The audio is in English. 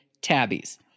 tabbies